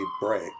break